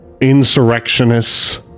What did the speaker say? insurrectionists